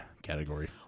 category